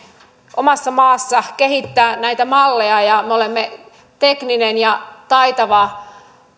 omassa maassa kehittää näitä malleja kun me olemme tekninen ja taitava